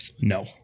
No